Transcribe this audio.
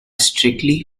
strictly